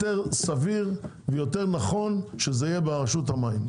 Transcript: סביר ונכון יותר שזה יהיה ברשות המים.